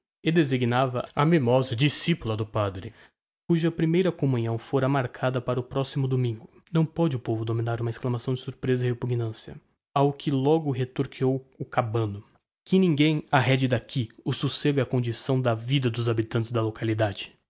e designava a mimosa discipula do padre cuja primeira communhão fôra marcada para o proximo domingo não pôde o povo dominar uma exclamação de surpresa e repugnancia ao que logo retorquiu o cabano que ninguem arrede d'ahi o socego é a condição da vida dos habitantes da localidade